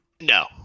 No